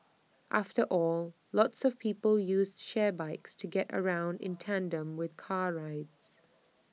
after all lots of people use shared bikes to get around in tandem with car rides